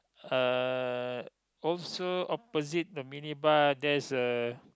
uh also opposite the mini mart there's a